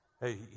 Hey